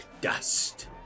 dust